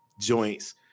joints